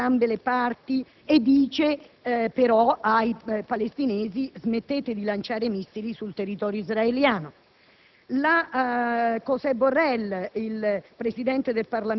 La Presidenza finlandese si rivolge ad entrambe le parti e sollecita, però, i palestinesi a smettere di lanciare missili sul territorio israeliano.